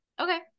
Okay